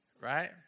right